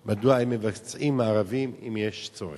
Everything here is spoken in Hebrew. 4. מה הוא היחס בין קצינים בכירים עולים לעומת צברים?